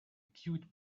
cute